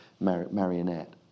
marionette